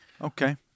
Okay